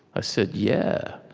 i said, yeah.